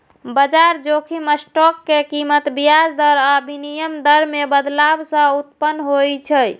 बाजार जोखिम स्टॉक के कीमत, ब्याज दर आ विनिमय दर मे बदलाव सं उत्पन्न होइ छै